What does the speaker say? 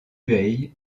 bueil